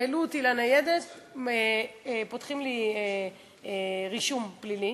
העלו אותי לניידת, פותחים לי רישום פלילי.